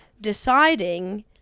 deciding